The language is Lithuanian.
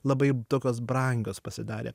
labai tokios brangios pasidarė